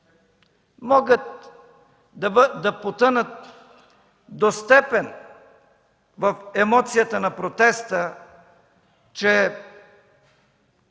могат да потънат до степен в емоцията на протеста, че